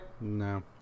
No